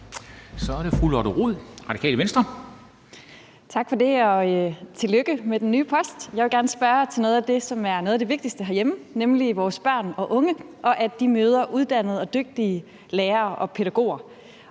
Så er det fru Lotte Rod, Radikale Venstre. Kl. 10:24 Lotte Rod (RV) : Tak for det, og tillykke med den nye post. Jeg vil gerne spørge om noget af det, som er noget af det vigtigste herhjemme, nemlig vores børn og unge og det, at de møder uddannede og dygtige lærere og pædagoger.